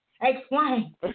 Explain